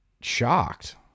shocked